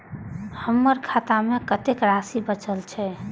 हमर खाता में कतेक राशि बचल छे?